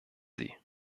sie